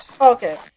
okay